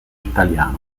italiano